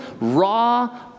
raw